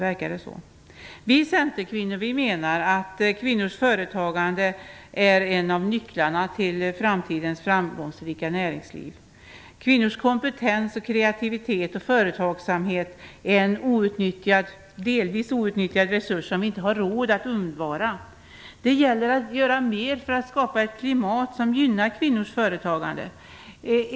Vi centerkvinnor menar att kvinnors företagande är en av nycklarna till framtidens framgångsrika näringsliv. Kvinnors kompetens, kreativitet och företagsamhet är en delvis outnyttjad resurs som vi inte har råd att undvara. Det gäller att göra mera för att skapa ett klimat som gynnar kvinnors företagande.